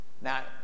Now